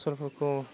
फसलफोरखौ